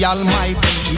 Almighty